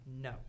No